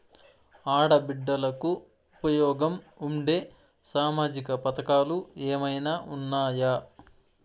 ఆడ బిడ్డలకు ఉపయోగం ఉండే సామాజిక పథకాలు ఏమైనా ఉన్నాయా?